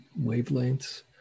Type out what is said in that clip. wavelengths